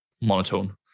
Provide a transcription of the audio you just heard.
monotone